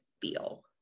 feel